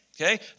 okay